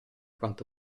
quanto